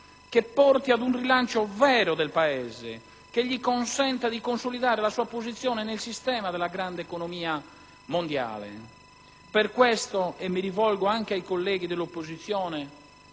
che porti ad un rilancio vero del Paese che gli consenta di consolidare la sua posizione nel sistema della grande economia mondiale. Per questo - e mi rivolgo anche ai colleghi dell'opposizione